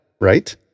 right